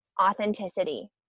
authenticity